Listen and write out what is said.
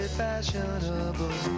fashionable